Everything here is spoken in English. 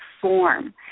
form